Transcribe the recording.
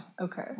Okay